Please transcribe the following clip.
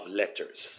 letters